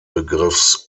begriffs